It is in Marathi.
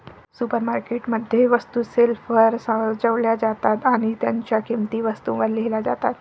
सुपरमार्केट मध्ये, वस्तू शेल्फवर सजवल्या जातात आणि त्यांच्या किंमती वस्तूंवर लिहिल्या जातात